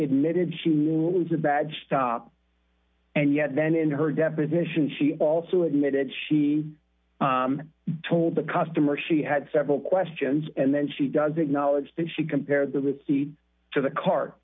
admitted she knew it was a bad stop and yet then in her deposition she also admitted she told the customer she had several questions and then she does acknowledge that she compared the receipt to the car